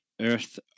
earth